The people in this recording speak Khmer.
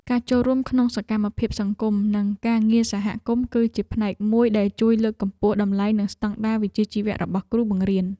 ការចូលរួមក្នុងសកម្មភាពសង្គមនិងការងារសហគមន៍គឺជាផ្នែកមួយដែលជួយលើកកម្ពស់តម្លៃនិងស្តង់ដារវិជ្ជាជីវៈរបស់គ្រូបង្រៀន។